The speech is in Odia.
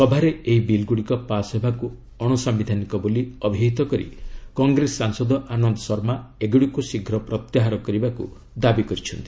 ସଭାରେ ଏହି ବିଲ୍ଗୁଡ଼ିକ ପାସ୍ ହେବାକୁ ଅଣସାୟିଧାନିକ ବୋଲି ଅଭିହିତ କରି କଂଗ୍ରେସ ସାଂସଦ ଆନନ୍ଦ ଶର୍ମା ଏଗୁଡ଼ିକୁ ଶୀଘ୍ର ପ୍ରତ୍ୟାହାର କରିବାକୁ ଦାବି କରିଛନ୍ତି